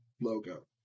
logo